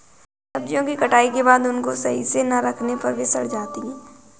सब्जियों की कटाई के बाद उनको सही से ना रखने पर वे सड़ जाती हैं